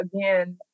again